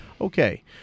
Okay